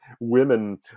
women